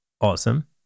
awesome